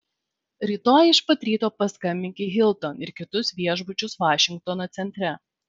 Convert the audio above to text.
rytoj iš pat ryto paskambink į hilton ir kitus viešbučius vašingtono centre